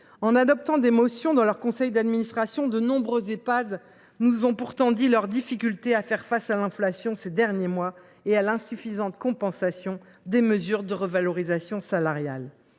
le biais de motions adoptées en conseil d’administration, de nombreux Ehpad nous ont pourtant avertis de leurs difficultés à faire face à l’inflation de ces derniers mois et à l’insuffisante compensation des mesures de revalorisation salariale.